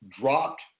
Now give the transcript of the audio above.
dropped